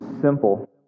simple